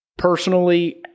Personally